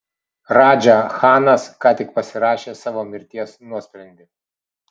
radža chanas tik ką pasirašė savo mirties nuosprendį